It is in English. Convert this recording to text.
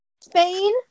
Spain